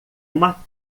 uma